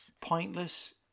pointless